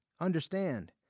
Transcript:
Understand